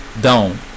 down